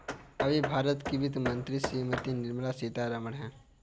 अभी भारत की वित्त मंत्री श्रीमती निर्मला सीथारमन हैं